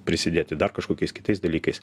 prisidėti dar kažkokiais kitais dalykais